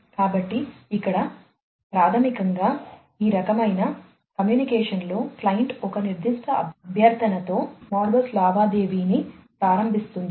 కాబట్టి ఇక్కడ ప్రాథమికంగా ఈ రకమైన కమ్యూనికేషన్లో క్లయింట్ ఒక నిర్దిష్ట అభ్యర్థనతో మోడ్బస్ లావాదేవీని ప్రారంబిస్తుంది